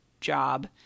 job